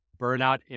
burnout